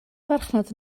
farchnad